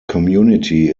community